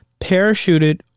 parachuted